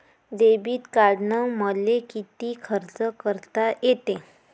Debit कार्डानं मले किती खर्च करता येते?